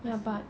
that is good